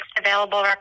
available